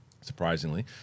Surprisingly